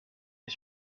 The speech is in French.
est